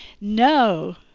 No